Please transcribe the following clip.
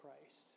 Christ